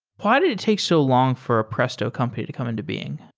why did it take so long for a presto company to come into being?